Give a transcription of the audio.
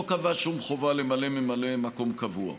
לא קבע שום חובה למנות ממלא מקום קבוע.